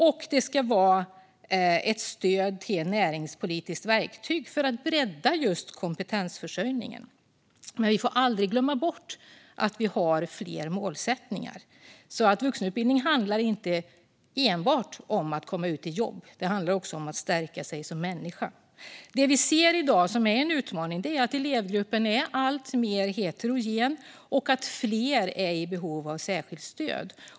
Den ska även vara ett näringspolitiskt verktyg för att bredda kompetensförsörjningen. Vi får dock aldrig glömma bort att det finns fler målsättningar. Vuxenutbildning handlar inte enbart om att komma ut i jobb; det handlar också om att stärka människor. Utmaningen i dag är att elevgruppen är alltmer heterogen och att fler är i behov av särskilt stöd.